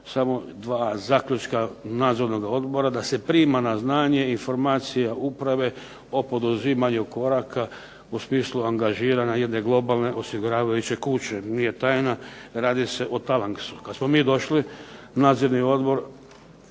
samo dva zaključka nadzornoga odbora, da se prima na znanje informacije uprave o poduzimanju koraka u smislu angažiranja jedne globalne osiguravajuće kuće. Nije tajna, radi se o Talaksu. Kad smo mi došli nadzorni odbor